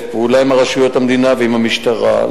פעולה עם רשויות המדינה ועם המשטרה,